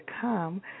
come